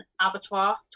Abattoir